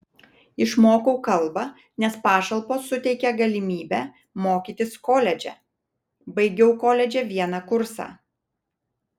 išmokau kalbą nes pašalpos suteikia galimybę mokytis koledže baigiau koledže vieną kursą